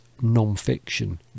non-fiction